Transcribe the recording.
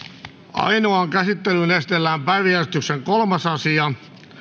ainoaan käsittelyyn esitellään päiväjärjestyksen neljäs asia